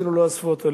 אפילו לא אספו אותו.